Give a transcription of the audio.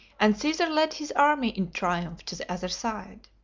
and caesar led his army in triumph to the other side.